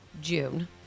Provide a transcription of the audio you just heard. June